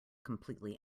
completely